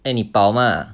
eh 你饱 mah